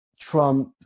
Trump